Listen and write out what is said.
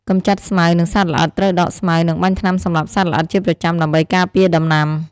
កម្ចាត់ស្មៅ និងសត្វល្អិត ត្រូវដកស្មៅ និងបាញ់ថ្នាំសម្លាប់សត្វល្អិតជាប្រចាំដើម្បីការពារដំណាំ។